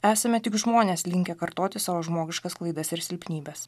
esame tik žmonės linkę kartoti savo žmogiškas klaidas ir silpnybes